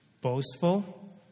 boastful